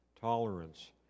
tolerance